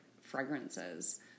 fragrances